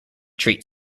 treat